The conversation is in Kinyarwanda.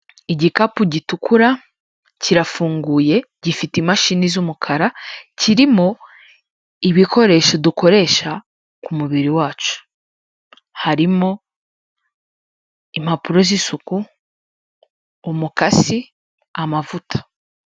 Igikapu gitukura, kirafunguye, gifite imashini z'umukara, kirimo ibikoresho dukoresha ku kumubiri wacu. Harimo impapuro z'isuku, umukasi, amavuta.